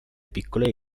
piccole